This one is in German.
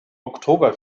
oktober